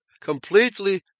completely